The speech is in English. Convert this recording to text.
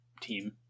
team